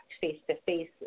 face-to-face